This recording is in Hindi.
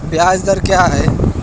ब्याज दर क्या है?